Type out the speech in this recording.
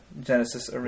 Genesis